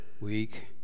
week